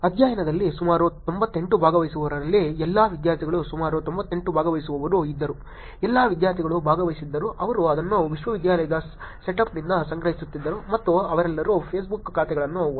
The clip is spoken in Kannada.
ಅಧ್ಯಯನದಲ್ಲಿ ಸುಮಾರು 98 ಭಾಗವಹಿಸುವವರಲ್ಲಿ ಎಲ್ಲಾ ವಿದ್ಯಾರ್ಥಿಗಳು ಸುಮಾರು 98 ಭಾಗವಹಿಸುವವರು ಇದ್ದರು ಎಲ್ಲಾ ವಿದ್ಯಾರ್ಥಿಗಳು ಭಾಗವಹಿಸಿದ್ದರು ಅವರು ಅದನ್ನು ವಿಶ್ವವಿದ್ಯಾಲಯದ ಸೆಟಪ್ನಿಂದ ಸಂಗ್ರಹಿಸುತ್ತಿದ್ದರು ಮತ್ತು ಅವರೆಲ್ಲರೂ ಫೇಸ್ಬುಕ್ ಖಾತೆಗಳನ್ನು ಹೊಂದಿದ್ದರು